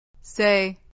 Say